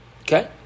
Okay